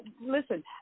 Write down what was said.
listen